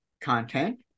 content